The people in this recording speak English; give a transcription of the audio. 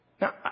Now